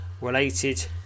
related